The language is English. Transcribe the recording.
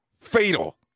fatal